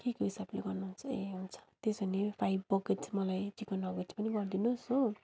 केको हिसाबले गर्नुहुन्छ ए हुन्छ त्यसो भने फाइभ बकेट्स मलाई चिकन नगेट्स पनि गरिदिनुहोस् हो